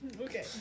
Okay